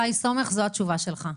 שי סומך, זו התשובה שלך.